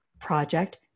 project